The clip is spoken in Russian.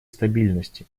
стабильности